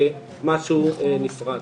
כמשהו נפרד.